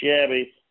shabby